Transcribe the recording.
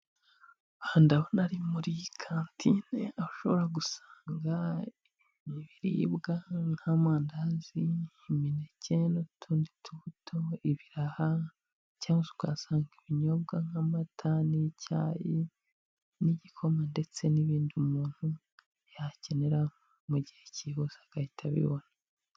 Aha ndabona ari muri kantine aho ushobora gusanga ibibwa nk'amandazi, imineke n'utundi tubuto, ibiraha cyangwa se ukahasanga ibinyobwa nk'amata n'icyayi n'igikoma ndetse n'ibindi umuntu yakenera mu gihe cyihuse agahita abibona.